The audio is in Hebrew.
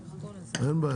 "חד"ש-תע"ל",